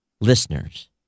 listeners